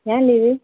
ஏன் லீவு